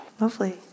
Lovely